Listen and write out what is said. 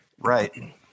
Right